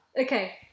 Okay